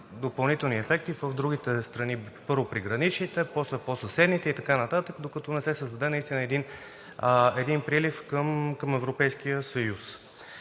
допълнителни ефекти в другите страни – първо приграничните, после по-съседните и така нататък, докато не се създаде наистина един прилив към Европейския съюз.